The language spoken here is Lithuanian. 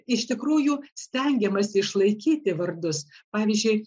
iš tikrųjų stengiamasi išlaikyti vardus pavyzdžiui